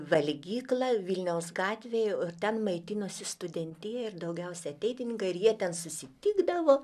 valgyklą vilniaus gatvėj o ten maitinosi studentija ir daugiausia ateitininkai ir jie ten susitikdavo